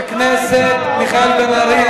חבר הכנסת מיכאל בן-ארי,